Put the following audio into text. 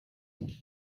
pit